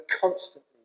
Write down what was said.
constantly